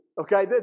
okay